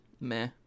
Meh